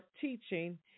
teaching